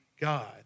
God